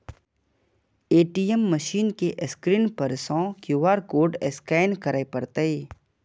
ATM machine के screen पर सं क्यू.आर कोड स्कैन करय पड़तै